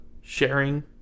sharing